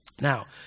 Now